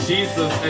Jesus